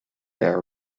air